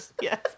Yes